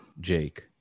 Jake